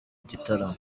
gitaramo